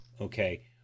okay